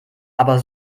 aber